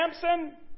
Samson